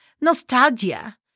nostalgia